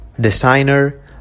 designer